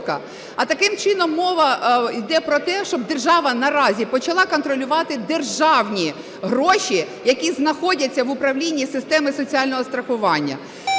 А, таким чином, мова йде про те, щоб держава наразі почала контролювати державні гроші, які знаходяться в управлінні системи соціального страхування.